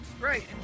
Right